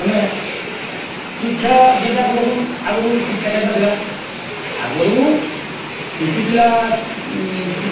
ମାନେ ଶିକ୍ଷା ଯେନ୍ଟା ଆଗ ଦେଖୁନ୍ ଆଗ୍ରୁ ଶିକ୍ଷା କେନ୍ତା ଥିଲା ଆଗ୍ରୁ କିଛି ପିଲା